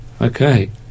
Okay